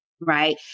right